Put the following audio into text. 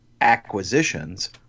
acquisitions